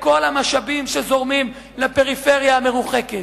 כל המשאבים שזורמים לפריפריה המרוחקת.